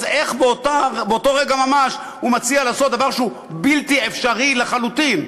אז איך באותו רגע ממש הוא מציע לעשות דבר בלתי אפשרי לחלוטין,